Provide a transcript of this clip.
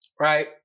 Right